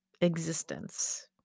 existence